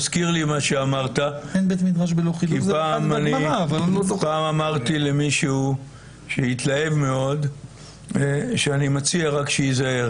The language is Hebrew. מזכיר לי מה שאמרת שפעם אמרתי למישהו שהתלהב מאוד שאני מציע רק שייזהר,